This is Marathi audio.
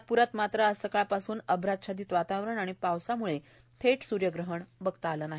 नागपूरात मात्र आज सकाळपासुचन अभ्राच्छादित वातावरण आणि पावसामुळे थेट ग्रहण बघता आलं नाही